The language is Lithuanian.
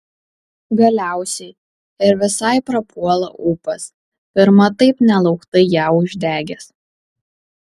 galiausiai ir visai prapuola ūpas pirma taip nelauktai ją uždegęs